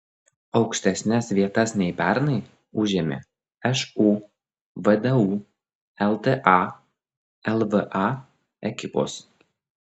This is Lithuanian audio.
aukštesnes vietas nei pernai užėmė šu vdu lta lva ekipos